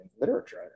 literature